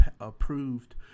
approved